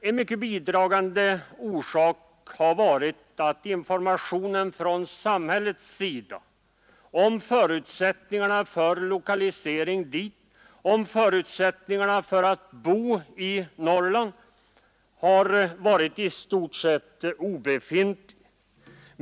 En starkt bidragande orsak har emellertid varit att samhällets information om förutsättningarna för lokalisering i Norrland och förutsättningarna att bo i Norrland har varit i stort sett obefintlig.